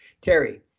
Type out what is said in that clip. Terry